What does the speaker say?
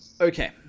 Okay